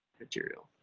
material.